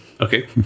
okay